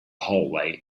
hallway